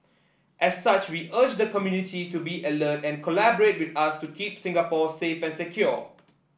as such we urge the community to be alert and collaborate with us to keep Singapore safe and secure